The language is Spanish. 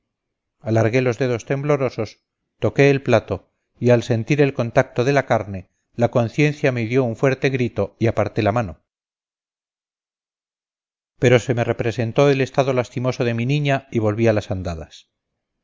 alargué los dedos temblorosos toqué el plato y al sentir el contacto de la carne la conciencia me dio un fuerte grito y aparté la mano pero se me representó el estado lastimoso de mi niña y volví a las andadas